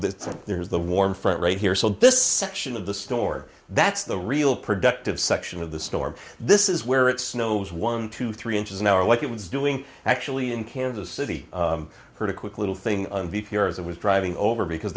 that there is the warm front right here so this section of the store that's the real productive section of the storm this is where it snows one to three inches an hour like it was doing actually in kansas city heard a quick little thing here as i was driving over because